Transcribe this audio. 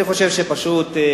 אני חושב שקדימה